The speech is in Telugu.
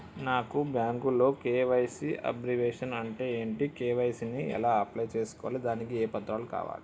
నాకు బ్యాంకులో కే.వై.సీ అబ్రివేషన్ అంటే ఏంటి కే.వై.సీ ని ఎలా అప్లై చేసుకోవాలి దానికి ఏ పత్రాలు కావాలి?